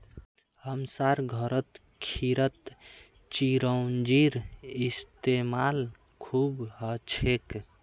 हमसार घरत खीरत चिरौंजीर इस्तेमाल खूब हछेक